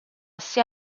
sia